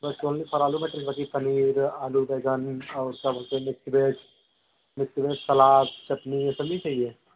बस ओनली आलू मटर बाक़ी पनीर आलू बैंगन और सब्ज़ी का मिक्स वेज सलाद चटनी ये सब नहीं चाहिए